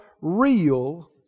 real